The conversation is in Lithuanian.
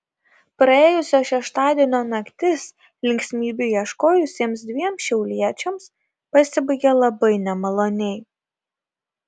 praėjusio šeštadienio naktis linksmybių ieškojusiems dviem šiauliečiams pasibaigė labai nemaloniai